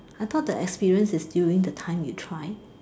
I thought the experience is during the time you try